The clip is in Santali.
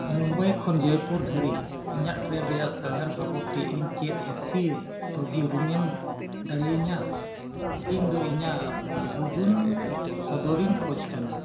ᱢᱩᱢᱵᱟᱭ ᱠᱷᱚᱱ ᱡᱚᱭᱯᱩᱨ ᱫᱷᱟᱹᱨᱤᱡ ᱤᱧᱟᱹᱜ ᱴᱨᱮᱱ ᱨᱮᱱᱟᱜ ᱥᱟᱸᱜᱷᱟᱨ ᱵᱟᱵᱚᱫᱽ ᱛᱮ ᱤᱧ ᱪᱮᱫ ᱮ ᱥᱤ ᱛᱚᱜᱤᱭ ᱨᱩᱢᱮᱢ ᱫᱟᱲᱮᱭᱟᱹᱧᱟᱹ ᱤᱧᱫᱚ ᱤᱧᱟᱹᱜ ᱵᱩᱡᱩᱱ ᱥᱚᱫᱚᱨᱤᱧ ᱠᱷᱚᱡᱽ ᱠᱟᱱᱟ